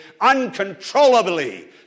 uncontrollably